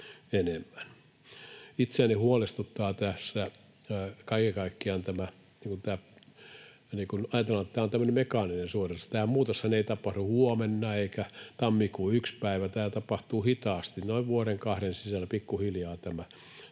Itseäni huolestuttaa tässä kaiken kaikkiaan se, että ajatellaan, että tämä on tämmöinen mekaaninen suoritus. Tämä muutoshan ei tapahdu huomenna eikä tammikuun ensimmäisenä päivänä. Tämä tapahtuu hitaasti. Noin vuoden kahden sisällä pikkuhiljaa tämä